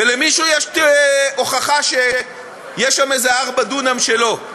ולמישהו יש הוכחה שיש שם איזה 4 דונם שלו,